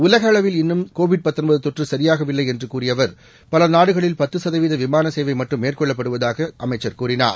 உலகளவில் இன்னும் சரியாக வில்லை என்று கூறிய அவர் பல நாடுகளில் பத்து சதவீத விமான சேவை மட்டும் மேற்கொள்ளப்படுவதாக அமைச்சர் கூறினார்